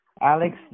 Alex